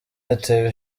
yatewe